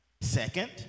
Second